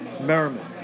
Merriman